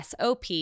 SOP